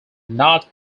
not